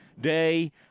day